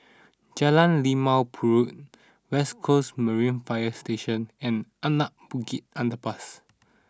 Jalan Limau Purut West Coast Marine Fire Station and Anak Bukit Underpass